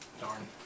Darn